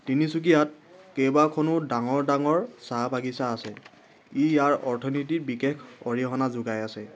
তিনিচুকীয়াত কেইবাখনো ডাঙৰ ডাঙৰ চাহ বাগিচা আছে ই ইয়াৰ অৰ্থনীতিৰ বিশেষ অৰিহণা যোগাই আছে